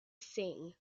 sin